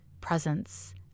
presence